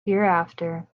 hereafter